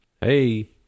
Hey